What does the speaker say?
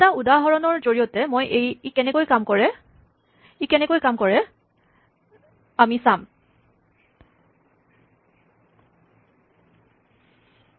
এটা উদাহৰণৰ জৰিয়তে ই কেনেকৈ কাম কৰে আমি চাওঁ